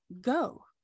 go